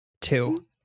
two